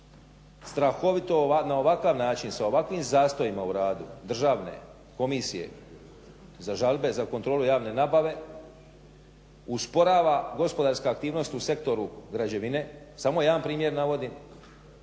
strahovito na ovakav način sa ovakvim zastojima u radu Državne komisije za žalbe za kontrolu javne nabave usporava gospodarska aktivnost u sektoru građevine samo jedan primjer navodim